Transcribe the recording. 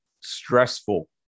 Stressful